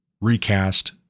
recast